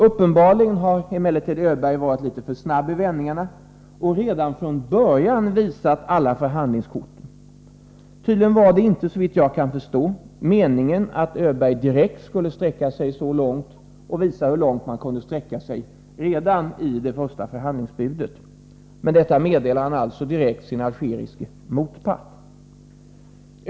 Uppenbarligen har emellertid Öberg varit litet för snabb i vändningarna och redan från början visat alla förhandlingskort. Tydligen var det inte, såvitt jag kan förstå, meningen att Öberg direkt skulle gå så långt och visa hur långt man kunde sträcka sig redan i det första förhandlingsbudet. Men det meddelade han alltså direkt sin algeriske motpart.